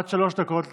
עד שלוש דקות לרשותך.